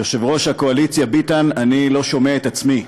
יושב-ראש הקואליציה ביטן, אני לא שומע את עצמי.